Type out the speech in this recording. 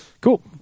Cool